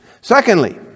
Secondly